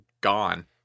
gone